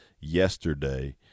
yesterday